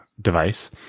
device